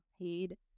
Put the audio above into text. paid